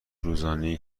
روزانهای